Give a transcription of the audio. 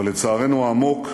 אבל לצערנו העמוק,